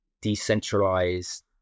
decentralized